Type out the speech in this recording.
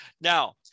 Now